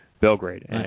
Belgrade